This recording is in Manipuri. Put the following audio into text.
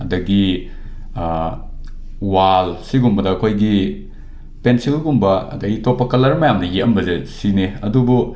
ꯑꯗꯒꯤ ꯋꯥꯜꯁꯤꯒꯨꯝꯕꯗ ꯑꯩꯈꯣꯏꯒꯤ ꯄꯦꯟꯁꯤꯜꯒꯨꯝꯕ ꯑꯗꯒꯤ ꯑꯇꯣꯞꯄ ꯀꯂꯔ ꯃꯌꯥꯝꯅ ꯌꯦꯂꯝꯕꯁꯦ ꯁꯤꯅꯤ ꯑꯗꯨꯕꯨ